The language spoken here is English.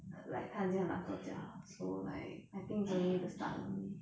like 她已经很懒惰驾了 so like I think it's only the start only